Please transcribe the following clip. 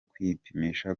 kwipimisha